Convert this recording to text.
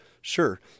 Sure